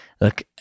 Look